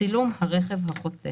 צילום הרכב החוצה.